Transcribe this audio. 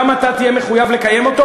גם אתה תהיה מחויב לקיים אותו,